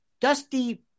Dusty